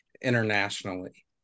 internationally